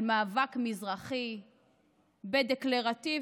על מאבק מזרחי בדקלרטיביות,